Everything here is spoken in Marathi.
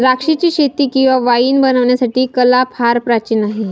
द्राक्षाचीशेती किंवा वाईन बनवण्याची कला फार प्राचीन आहे